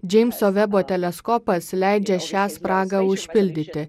džeimso vebo teleskopas leidžia šią spragą užpildyti